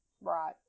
Right